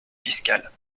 fiscale